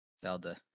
Zelda